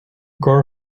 car